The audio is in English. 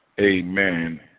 Amen